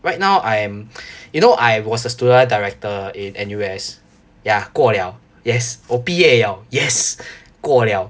right now I'm you know I was the student director in N_U_S ya 过了 yes 我毕业了 yes 过了